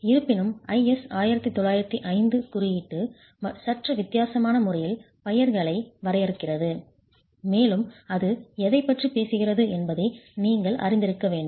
இருப்பினும் IS 1905 குறியீடு சற்று வித்தியாசமான முறையில் பையர்களை வரையறுக்கிறது மேலும் அது எதைப் பற்றி பேசுகிறது என்பதை நீங்கள் அறிந்திருக்க வேண்டும்